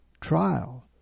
trial